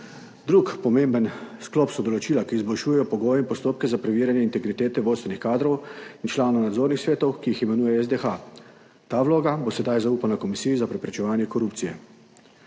Drug pomemben sklop so določila, ki izboljšujejo pogoje in postopke za preverjanje integritete vodstvenih kadrov in članov nadzornih svetov, ki jih imenuje SDH. Ta vloga bo sedaj zaupana Komisiji za preprečevanje korupcije.